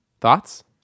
Thoughts